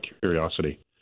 curiosity